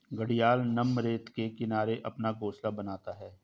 घड़ियाल नम रेत के किनारे अपना घोंसला बनाता है